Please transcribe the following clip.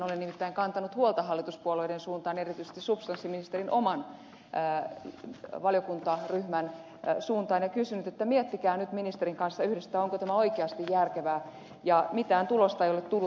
olen nimittäin kantanut huolta hallituspuolueiden suuntaan erityisesti substanssiministerin oman valiokuntaryhmän suuntaan ja sanonut että miettikää nyt ministerin kanssa yhdessä sitä onko tämä oikeasti järkevää ja mitään tulosta ei ole tullut